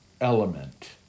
element